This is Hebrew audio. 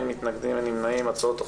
הצבעה בעד,